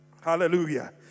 Hallelujah